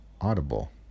Audible